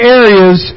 areas